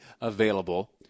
available